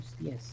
Yes